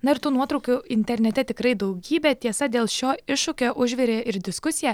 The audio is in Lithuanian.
na ir tų nuotraukų internete tikrai daugybė tiesa dėl šio iššūkio užvirė ir diskusija